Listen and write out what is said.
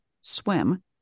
swim